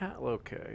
Okay